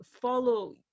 follow